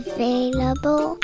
Available